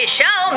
show